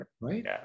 Right